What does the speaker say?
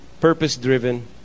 purpose-driven